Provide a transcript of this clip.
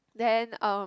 then uh